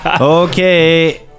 Okay